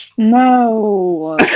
No